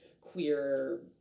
queer